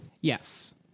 yes